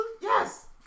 Yes